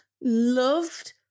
loved